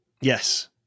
Yes